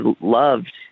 loved